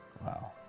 Wow